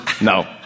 no